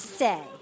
say